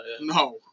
No